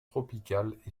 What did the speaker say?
tropicales